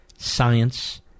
Science